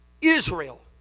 Israel